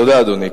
תודה, אדוני.